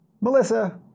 Melissa